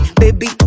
baby